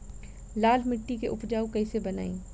लाल मिट्टी के उपजाऊ कैसे बनाई?